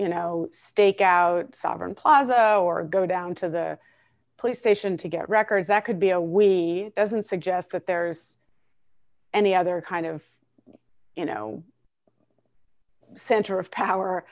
you know stake out sovereign plaza or go down to the police station to get records that could be a wiki doesn't suggest that there's any other kind of you know center of power